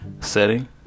setting